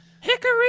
Hickory